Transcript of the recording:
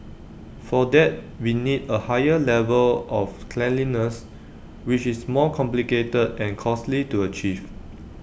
for that we need A higher level of cleanliness which is more complicated and costly to achieve